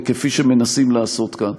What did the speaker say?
כפי שמנסים לעשות כאן.